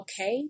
okay